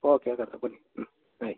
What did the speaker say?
okay ಹಾಗಾದರೆ ಬನ್ನಿ ಹ್ಞೂ ಆಯ್ತು